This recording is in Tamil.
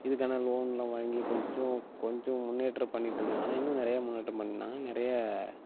இதுக்கான லோன்லாம் வாங்கி கொஞ்ச கொஞ்ச முன்னேற்றம் பண்ணிட்டு இருக்காங்கள் ஆனால் இன்னும் நிறையா முன்னேற்றம் பண்ணாங்கனால் நிறையா